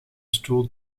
stoel